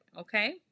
Okay